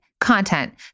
content